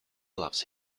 loves